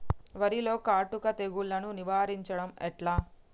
వరిలో కాటుక తెగుళ్లను నివారించడం ఎట్లా?